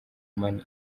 money